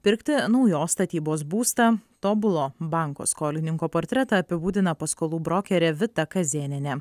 pirkti naujos statybos būstą tobulo banko skolininko portretą apibūdina paskolų brokerė vita kazėnienė